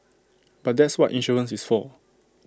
but that's what insurance is for